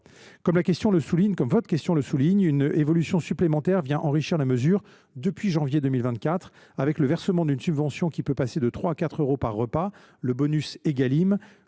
Comme votre question le souligne, une évolution supplémentaire vient enrichir la mesure depuis janvier 2024, avec le versement d’une subvention qui peut passer de 3 à 4 euros par repas – c’est « le bonus Égalim